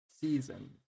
season